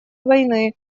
войны